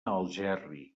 algerri